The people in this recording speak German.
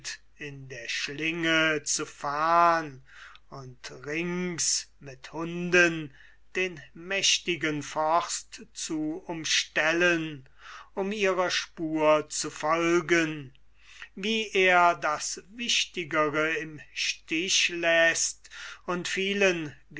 in der schlinge zu fahn und rings mit hunden den mächtigen forst zu umstellen um ihrer spur zu folgen wie er das wichtigere im stich läßt und vielen